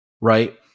right